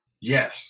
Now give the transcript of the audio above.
yes